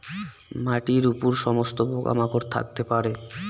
মাটির উপর সমস্ত পোকা মাকড় থাকতে পারে